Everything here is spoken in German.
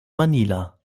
manila